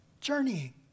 Journeying